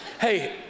hey